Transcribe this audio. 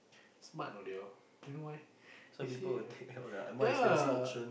smart know they all you know why they say ya